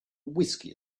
whiskey